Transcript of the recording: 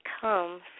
come